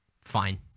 fine